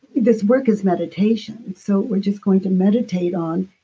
this work is meditation, so we're just going to meditate on,